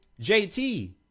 JT